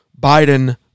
Biden